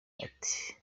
ati